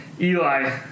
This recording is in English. Eli